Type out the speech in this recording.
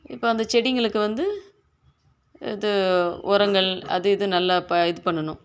இப்போ அந்த செடிங்களுக்கு வந்து இது உரங்கள் அது இது நல்லா பா இது பண்ணனும்